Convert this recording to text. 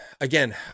again